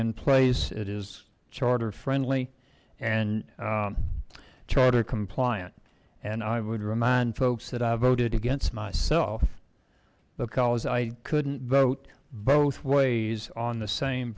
in place it is charter friendly and charter compliant and i would remind folks that i voted against myself because i couldn't vote both ways on the same